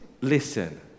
listen